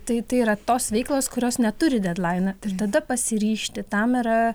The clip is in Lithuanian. tai tai yra tos veiklos kurios neturi dedlainą tai tada pasiryžti tam yra